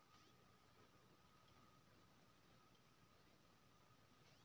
चिकना के खेती करे से प्रति एकर कतेक किलोग्राम यूरिया द सके छी?